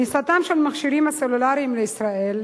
כניסתם של המכשירים הסלולריים לישראל